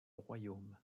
royaume